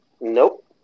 Nope